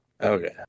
Okay